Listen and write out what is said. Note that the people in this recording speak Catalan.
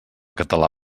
català